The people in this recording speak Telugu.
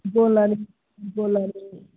కోళ్లు అని ఈ కోళ్లు అని